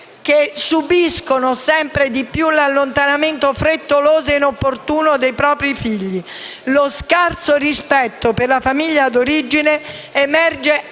che subiscono sempre di più l'allontanamento frettoloso e inopportuno dei propri figli. Lo scarso rispetto per la famiglia d'origine emerge anche nel